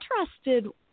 interested